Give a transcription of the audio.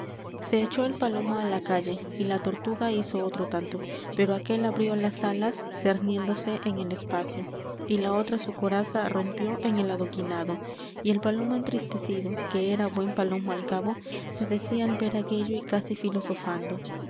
se echó el palomo á la calle la tortuga hizo otro tanto pero aquél abrió las alas cerniéndose en el espacio y la otra su coraza rompió en el adoquinado y el palomo entristecido que era buen palomo al cabo se decía al ver aquello y casi filosofando